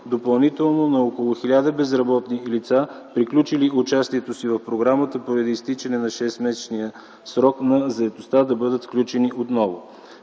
допълнително на около 1000 безработни лица, приключили участието си в програмата поради изтичане на 6-месечния срок на заетостта, да бъдат включени отново.